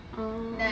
orh